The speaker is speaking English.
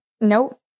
nope